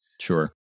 Sure